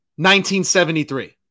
1973